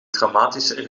traumatische